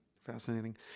Fascinating